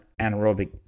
anaerobic